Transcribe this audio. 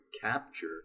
capture